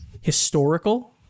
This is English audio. historical